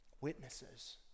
Witnesses